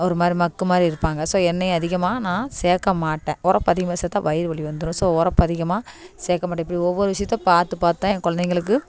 ஒருமாதிரி மக்கு மாதிரி இருப்பாங்க ஸோ எண்ணெயை அதிகமாக நான் சேர்க்க மாட்டேன் உரப்பு அதிகமாக சேர்த்தா வயிறு வலி வந்துடும் ஸோ உரப்பு அதிகமா சேர்க்க மாட்டேன் இப்படி ஒவ்வொரு விஷியத்தை பார்த்து பார்த்துதான் ஏன் கொழந்தைங்களுக்கு